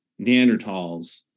Neanderthals